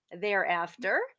thereafter